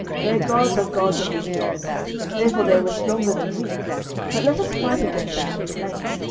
their gods are gods of the hills therefore they were stronger than we but let us fight against them in the plain,